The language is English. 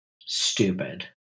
stupid